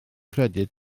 credyd